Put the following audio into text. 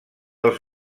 els